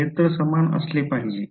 तर क्षेत्र समान असले पाहिजे